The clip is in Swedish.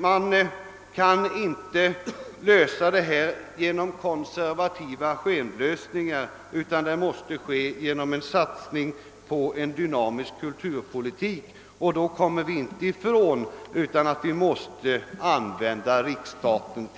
Man kan inte lösa problemet genom konservativa skenlösningar, utan det måste göras genom en satsning på en dynamisk kulturpolitik, och då kommer vi inte ifrån att vi måste använda riksstaten,